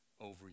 over